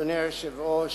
אדוני היושב-ראש,